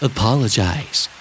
Apologize